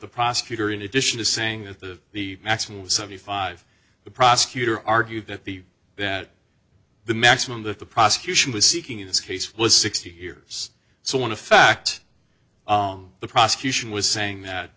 the prosecutor in addition to saying that the the maximum seventy five the prosecutor argued that the that the maximum that the prosecution was seeking in this case was sixty here so want to fact the prosecution was saying that